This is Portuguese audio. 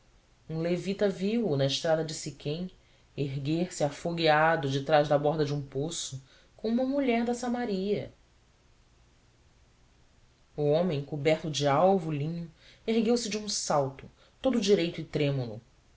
um levita viu-o na estrada de siquém erguer-se afogueado detrás da borda de um poço com uma mulher de samaria o homem coberto de alvo linho ergueu-se de um salto todo direito e trêmulo